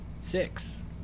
Six